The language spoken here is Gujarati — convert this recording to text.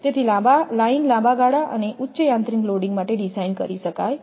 તેથી લાઈન લાંબા ગાળા અને ઉચ્ચ યાંત્રિક લોડિંગ માટે ડિઝાઇન કરી શકાય છે